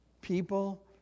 people